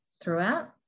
throughout